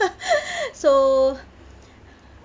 so